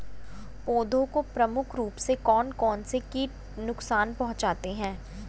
पौधों को प्रमुख रूप से कौन कौन से कीट नुकसान पहुंचाते हैं?